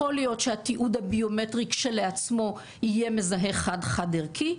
יכול להיות שהתיעוד הביומטרי כשלעצמו יהיה מזהה חד-חד ערכי,